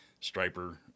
Striper